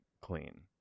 clean